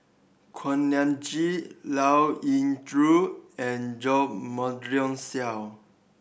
Kuak Nam Jin Liao Yingru and Jo Marion Seow